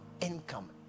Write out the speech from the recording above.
income